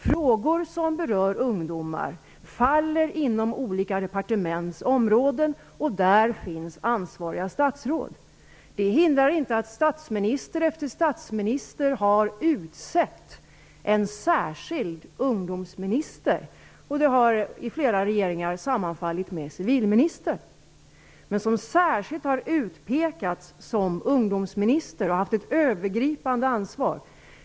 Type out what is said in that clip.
Frågor som berör ungdomar faller inom olika departements områden, och där finns ansvariga statsråd. Det hindrar inte att statsminister efter statsminister har utsett en särskild ungdomsminister, som i flera regeringar har sammanfallit med civilministern, men som särskilt har utpekats som ungdomsminister och haft ett övergripande ansvar.